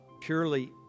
purely